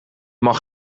mag